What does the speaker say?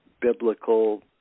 biblical